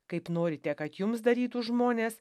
kaip norite kad jums darytų žmonės